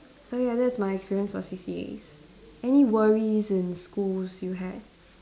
so ya that's my experience for C_C_As any worries in school you had